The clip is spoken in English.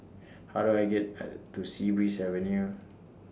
How Do I get to Sea Breeze Avenue